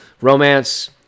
Romance